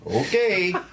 Okay